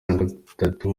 nagatatu